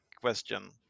question